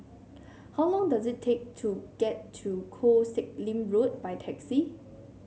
how long does it take to get to Koh Sek Lim Road by taxi